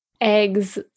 Eggs